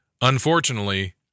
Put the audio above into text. Unfortunately